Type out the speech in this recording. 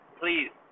please